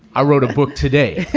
i wrote a book today.